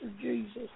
Jesus